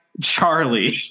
Charlie